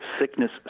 sickness